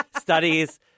studies